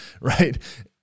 right